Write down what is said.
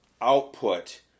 output